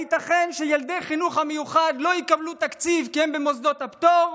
הייתכן שילדי החינוך המיוחד לא יקבלו תקציב כי הם במוסדות הפטור,